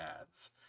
ads